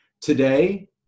Today